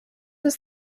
was